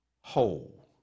whole